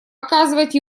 оказывать